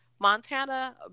Montana